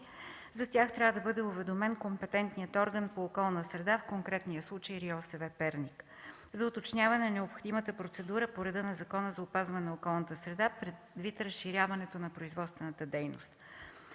за тях трябва да бъде уведомен компетентният орган по околна среда, в конкретния случай РИОСВ – Перник, за уточняване необходимата процедура по реда на Закона за опазване на околната среда, предвид разширяването на производствената дейност.